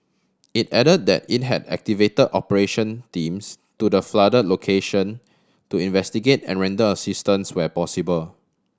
it add that it had activate operation teams to the flood location to investigate and render assistance where possible